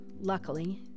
luckily